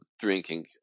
drinking